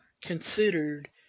considered